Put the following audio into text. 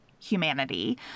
humanity